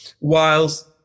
whilst